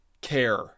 care